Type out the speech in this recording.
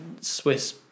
Swiss